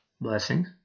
blessing